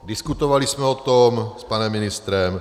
Diskutovali jsme o tom s panem ministrem.